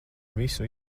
visu